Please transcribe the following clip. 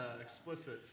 explicit